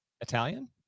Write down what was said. Italian